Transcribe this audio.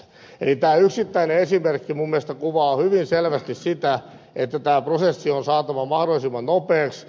eli tämä yksittäinen esimerkki mielestäni kuvaa hyvin selvästi sitä että tämä prosessi on saatava mahdollisimman nopeaksi